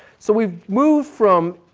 so we've move from,